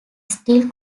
still